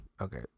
Okay